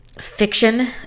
fiction